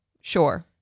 Sure